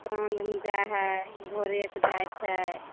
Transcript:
साँझमे जाइ हइ भोरे सँ जाइ छै